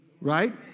Right